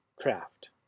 craft